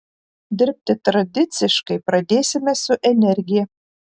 dirbti tradiciškai pradėsime su energija